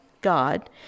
God